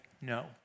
no